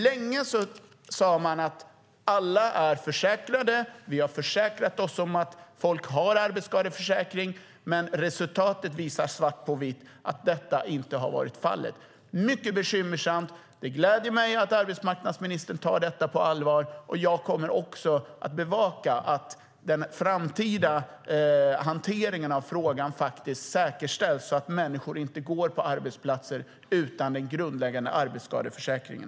Länge sade man att alla är försäkrade och att man har försäkrat sig om att folk har arbetsskadeförsäkring. Men resultatet visar svart på vitt att detta inte har varit fallet. Det är mycket bekymmersamt. Det gläder mig att arbetsmarknadsministern tar detta på allvar. Jag kommer att bevaka att den framtida hanteringen av frågan faktiskt säkerställs så att människor inte går på arbetsplatser utan en grundläggande arbetsskadeförsäkring.